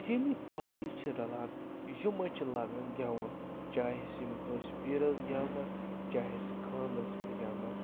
ییٚلہِ یہِ پارٹی چھِ رَلان یِم حظ چھِ لاگان گٮ۪وُن چاہے سُہ یِم کٲنٛسہِ پیٖرَس گٮ۪ونا چاہے سُہ خانٛدرَس پٮ۪ٹھ گٮ۪ونا